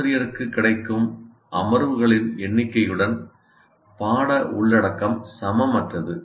ஆசிரியருக்குக் கிடைக்கும் அமர்வுகளின் எண்ணிக்கையுடன் பாட உள்ளடக்கம் சமமற்றது